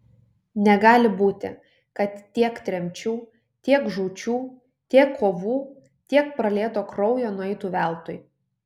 negali būti kad tiek tremčių tiek žūčių tiek kovų tiek pralieto kraujo nueitų veltui